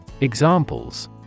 Examples